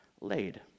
laid